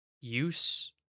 use